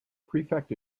prefect